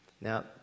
Now